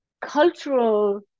cultural